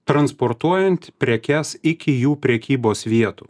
transportuojant prekes iki jų prekybos vietų